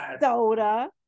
soda